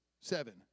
seven